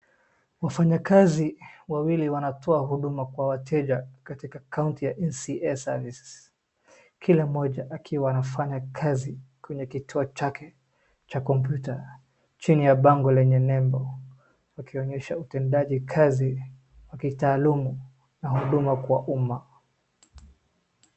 Wafanyikazi wawili wanatoa huduma kwa wateja katika kaunti ya MCA Services. Kila mmoja akiwa anafanya kazi kwenye kituo chake cha kompyuta chini ya bango lenye neno ukionyesha utendaji kazi wa kitaalum na huduma kwa umma.